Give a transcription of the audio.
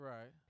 Right